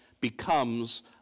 becomes